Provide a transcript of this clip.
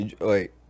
Wait